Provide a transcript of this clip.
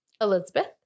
Elizabeth